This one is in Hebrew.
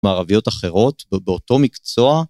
מערביות אחרות באותו מקצוע.